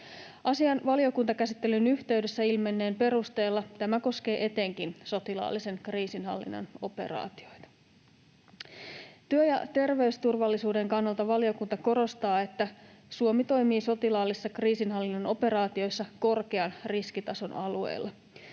Asian valiokuntakäsittelyn yhteydessä ilmenneen perusteella tämä koskee etenkin sotilaallisen kriisinhallinnan operaatioita. Työ- ja terveysturvallisuuden kannalta valiokunta korostaa, että Suomi toimii sotilaallisissa kriisinhallinnan operaatioissa korkean riskitason alueilla.